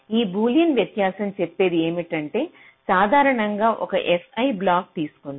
ఈ బూలియన్ వ్యత్యాసం చెప్పేది ఏమంటే సాధారణంగా ఒక fi బ్లాక్ తీసుకుందాం